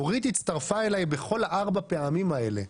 אורית הצטרפה אלי בכל ארבעת הפעמים האלה.